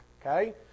okay